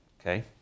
Okay